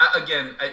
again